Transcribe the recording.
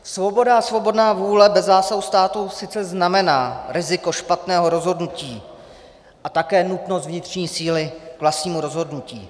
Svoboda a svobodná vůle bez zásahu státu sice znamená riziko špatného rozhodnutí a také nutnost vnitřní síly k vlastnímu rozhodnutí.